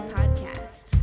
Podcast